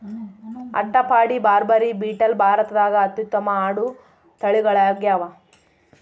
ಅಟ್ಟಪಾಡಿ, ಬಾರ್ಬರಿ, ಬೀಟಲ್ ಭಾರತದಾಗ ಅತ್ಯುತ್ತಮ ಆಡು ತಳಿಗಳಾಗ್ಯಾವ